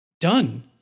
done